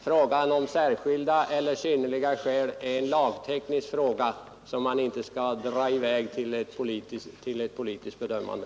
Om det skall stå ”särskilda skäl” eller ”synnerliga skäl” är en lagteknisk fråga som man inte skall dra in i ett politiskt bedömande.